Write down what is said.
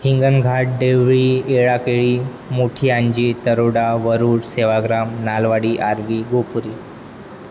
हिंगनघाट देवळी येळाकेळी मोठियांजी तरोडा वरूड सेवाग्राम लालवाडी आरवी गोपुरी